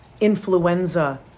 influenza